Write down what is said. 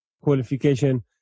qualification